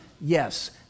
Yes